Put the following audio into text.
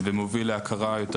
ומוביל להכרה יותר